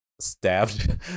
stabbed